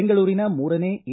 ಬೆಂಗಳೂರಿನ ಮೂರನೇ ಎ